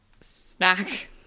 snack